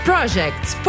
Projects